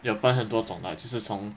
有分很多种的就是从